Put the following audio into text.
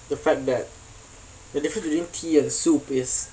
the fact that the difference between tea and soup is